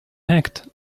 act